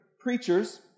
preachers